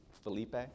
Felipe